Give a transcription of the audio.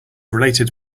related